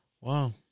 Wow